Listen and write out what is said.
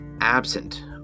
absent